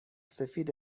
سفید